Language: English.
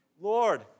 Lord